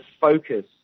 focus